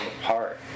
apart